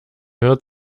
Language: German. hört